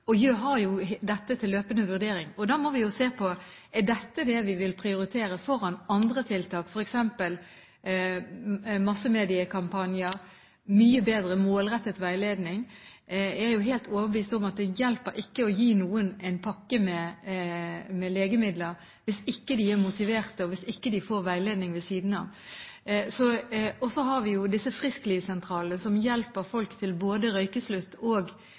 og har dette til løpende vurdering. Da må vi jo se på om dette er det vi vil prioritere foran andre tiltak, f.eks. massemediekampanjer, mye bedre målrettet veiledning. Jeg er helt overbevist om at det hjelper ikke å gi noen en pakke med legemidler hvis de ikke er motivert, og hvis de ikke får veiledning ved siden av. Og så har vi jo disse frisklivssentralene som hjelper folk til både røykeslutt og